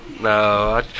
no